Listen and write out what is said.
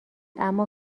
اما